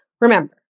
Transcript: Remember